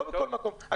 לא בכל מקום.